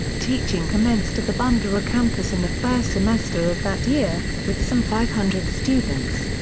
teaching commenced at the bundoora campus in the first semester of that year, with some five hundred students.